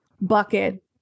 bucket